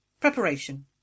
Preparation